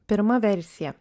pirma versija